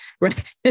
right